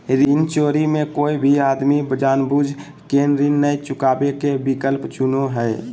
ऋण चोरी मे कोय भी आदमी जानबूझ केऋण नय चुकावे के विकल्प चुनो हय